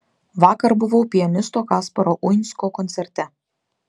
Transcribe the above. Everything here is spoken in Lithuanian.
vakar buvau pianisto kasparo uinsko koncerte